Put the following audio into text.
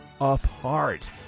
apart